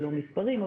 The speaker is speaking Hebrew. ולא במספרים,